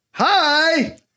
hi